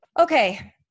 Okay